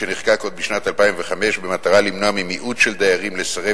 שנחקק עוד בשנת 2005 במטרה למנוע ממיעוט של דיירים לסרב